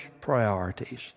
priorities